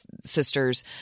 sisters